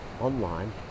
online